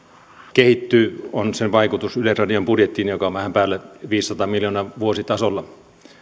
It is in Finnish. kehittyy on sen vaikutus yleisradion budjettiin joka on vähän päälle viidensadan miljoonan vuositasolla